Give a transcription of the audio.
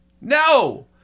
No